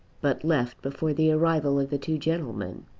but left before the arrival of the two gentlemen.